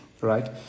right